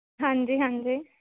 ਹਾਂਜੀ ਹਾਂਜੀ